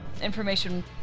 information